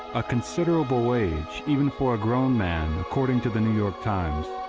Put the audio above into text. a considerable wage even for a grown man according to the new york times,